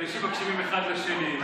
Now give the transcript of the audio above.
אנשים מקשיבים אחד לשני,